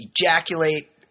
ejaculate